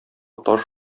таш